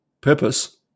purpose